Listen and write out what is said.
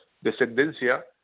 descendencia